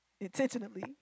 intentionally